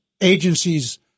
agencies